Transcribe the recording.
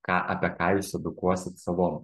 ką apie ką jūs edukuosit savo